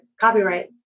copyright